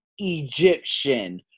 Egyptian